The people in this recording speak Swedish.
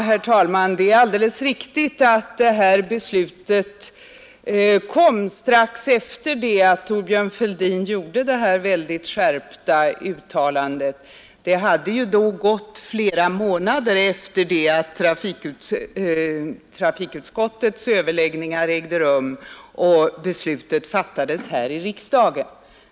Herr talman! Det är alldeles riktigt att beslutet om utökning kom strax efter det att Thorbjörn Fälldin hade gjort sitt mycket skarpa uttalande. Det hade ju då gått flera månader efter det att trafikutskottets överläggningar hade ägt rum och sedan beslutet hade fattats här i riksdagen.